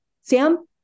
Sam